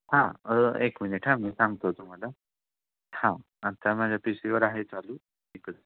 हां एक मिनिट हा मी सांगतो तुम्हाला हां आता माझ्या पि सीवर आहे चालू एकच